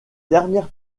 dernières